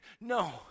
No